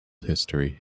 history